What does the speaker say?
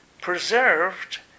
Preserved